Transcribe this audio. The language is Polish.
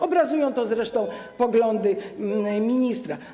Obrazują to zresztą poglądy ministra.